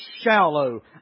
shallow